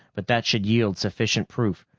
but that should yield sufficient proof.